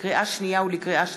לקריאה שנייה ולקריאה שלישית,